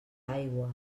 aigua